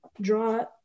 draw